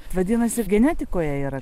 vadinasi ir genetikoje yra